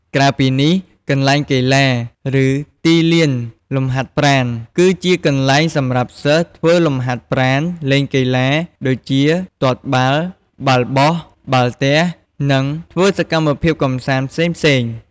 ក្រៅពីនេះ កន្លែងលេងកីឡា ឬទីលានលំហាត់ប្រាណ គឺជាទីកន្លែងសម្រាប់សិស្សធ្វើលំហាត់ប្រាណ លេងកីឡា ដូចជា បាល់ទាត់ បាល់បោះ បាល់ទះ និងធ្វើសកម្មភាពកម្សាន្តផ្សេងៗ។